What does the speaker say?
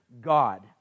God